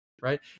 right